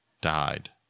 Died